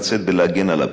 לצאת ולהגן עליו.